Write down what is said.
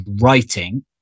writing